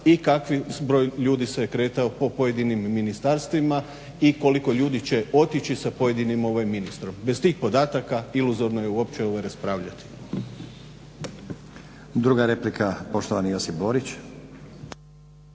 i kakvi zbroj ljudi se je kretao po pojedinim ministarstvima i koliko ljudi će otići sa pojedinim ministrom. Bez tih podataka iluzorno je uopće raspravljati.